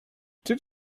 did